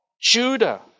Judah